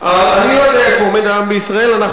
שרוב העם בישראל תומך בדברים שלו?